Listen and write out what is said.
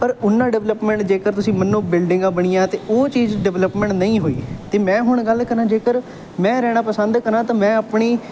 ਪਰ ਉਨਾ ਡਿਵਲਪਮੈਂਟ ਜੇਕਰ ਤੁਸੀਂ ਮੰਨੋ ਬਿਲਡਿੰਗਾਂ ਬਣੀਆਂ ਅਤੇ ਉਹ ਚੀਜ਼ ਡਿਵਲਪਮੈਂਟ ਨਹੀਂ ਹੋਈ ਅਤੇ ਮੈਂ ਹੁਣ ਗੱਲ ਕਰਾਂ ਜੇਕਰ ਮੈਂ ਰਹਿਣਾ ਪਸੰਦ ਕਰਾ ਤਾਂ ਮੈਂ ਆਪਣੀ